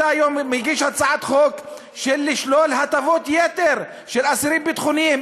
אתה היום מגיש הצעת חוק לשלול הטבות יתר של אסירים ביטחוניים,